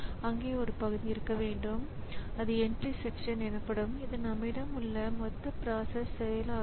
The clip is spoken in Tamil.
எனவே இது ஒரு நல்ல விஷயம் ப்ரிண்டர் டிவைஸ் கன்ட்ரோலர் ஏதேனும் ஒன்றை ப்ரிண்டரில் அச்சிடும்போது ஸிபியு வேலையின்றி இருக்கிறது